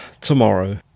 tomorrow